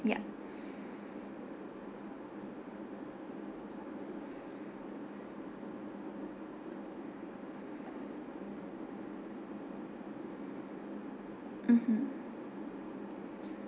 yup mmhmm